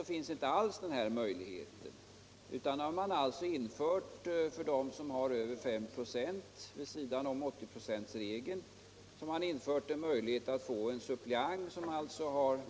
F. n. finns inte alls den här möjligheten, men för de organisationer som har över 5 96 av de anställda har man vid sidan av 80-procentsregeln infört möjligheten att få en suppleant med